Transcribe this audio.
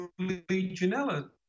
Legionella